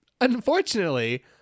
Unfortunately